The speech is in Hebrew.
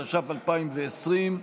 התש"ף 2020,